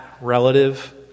relative